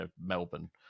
Melbourne